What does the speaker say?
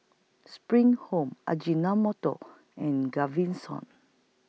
SPRING Home Ajinomoto and Gaviscon